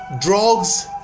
drugs